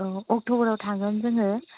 औ अक्ट'बरआव थांगोन जोङो